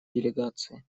делегации